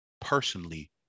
personally